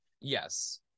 Yes